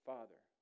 Father